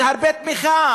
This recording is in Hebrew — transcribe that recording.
זה הרבה תמיכה.